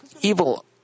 evil